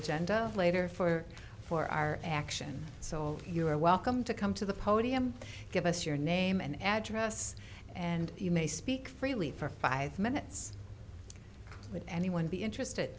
agenda later for for our action so you're welcome to come to the podium give us your name and address and you may speak freely for five minutes would anyone be interested